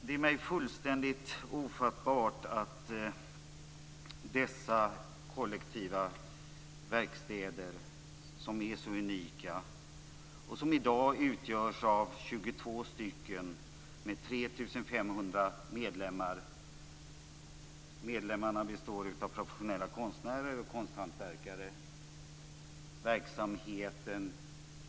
Det är för mig fullständigt ofattbart varför dessa kollektiva verkstäder som är så unika inte går under anslaget för bild och formområdet, dvs. under samma hatt, D 5, som t.ex. konsthantverkskooperativen.